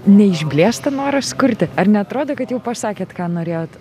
neišblėsta noras kurti ar neatrodo kad jau pasakėt ką norėjot